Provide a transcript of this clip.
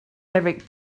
eric